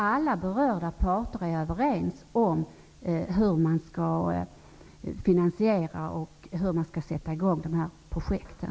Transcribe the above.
Alla berörda parter är överens om hur man skall finansiera och sätta i gång de här projekten.